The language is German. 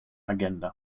agenda